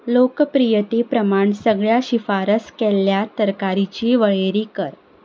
लोकप्रियते प्रमाण सगळ्या शिफारस केल्ल्या तरकारीची वळेरी कर